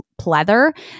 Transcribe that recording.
pleather